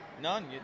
None